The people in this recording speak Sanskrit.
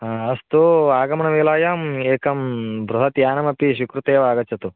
हा अस्तु आगमनवेलायाम् एकं बृहत् यानमपि स्वीकृत्य एव आगच्छतु